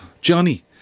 Johnny